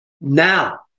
Now